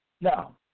Now